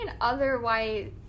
otherwise